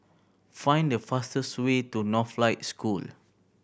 find the fastest way to Northlight School